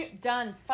Done